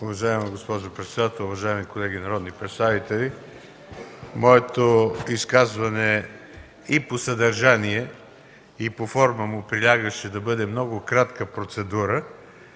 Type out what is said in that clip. Уважаема госпожо председател, уважаеми колеги народни представители! На изказването ми и по съдържание, и по форма му прилягаше да бъде много кратка процедура.